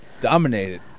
Dominated